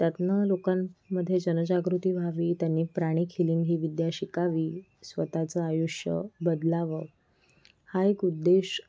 त्यातून लोकांमध्ये जनजागृती व्हावी त्यांनी प्राणिक हिलींग ही विद्या शिकावी स्वतःचं आयुष्य बदलावं हा एक उद्देश